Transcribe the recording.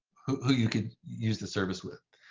who you could use the service with.